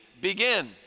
begin